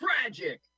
tragic